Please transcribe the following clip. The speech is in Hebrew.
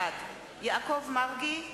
בעד יעקב מרגי,